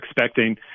expecting